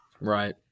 Right